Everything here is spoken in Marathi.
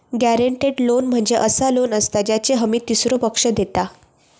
गॅरेंटेड लोन म्हणजे असा लोन असता ज्याची हमी तीसरो पक्ष देता